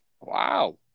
Wow